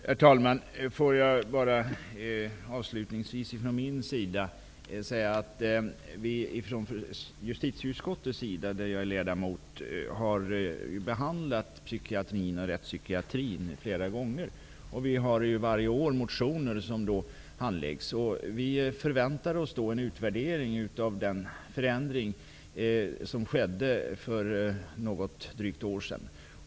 Herr talman! Får jag bara avslutningsvis säga att vi i justitieutskottet, där jag är ledamot, har behandlat rättspsykiatrin flera gånger. Det väcks varje år motioner som vi handlägger. Vi förväntar oss en utvärdering av den förändring som skedde för drygt ett år sedan.